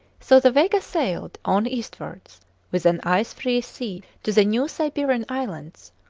so the vega sailed on eastwards with an ice-free sea to the new siberian islands,